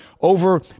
over